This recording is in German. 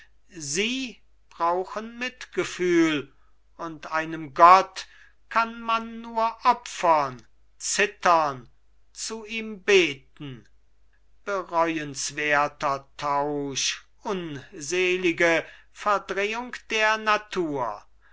sie brauchen mitgefühl und einem gott kann man nur opfern zittern zu ihm beten bereuenswerter tausch unselige verdrehung der natur